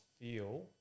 feel